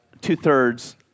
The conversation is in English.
two-thirds